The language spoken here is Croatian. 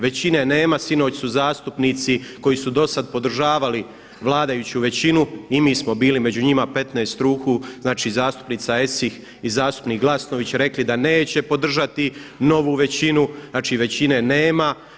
Većine nema, sinoć su zastupnici koji su do sada podržavali vladajuću većinu i mi smo bili među njima, 15 ruku, znači zastupnica Esih i zastupnik Glasnović rekli da neće podržati novu većinu, znači većine nema.